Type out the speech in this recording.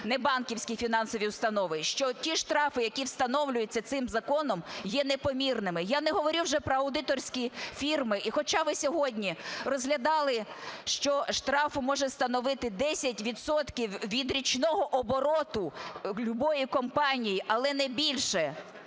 не банківські фінансові установи, що ті штрафи, які встановлюються цим законом, є непомірними, я не говорю вже про аудиторські фірми. І хоча ви сьогодні розглядали, що штраф може становити 10 відсотків від річного обороту любої компанії, але не більше